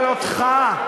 אבל אותך,